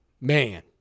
man